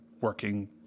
working